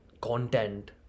content